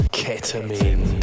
ketamine